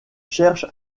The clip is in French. cherche